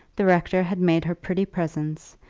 the rector had made her pretty presents,